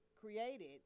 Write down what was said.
created